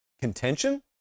contention